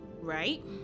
right